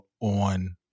on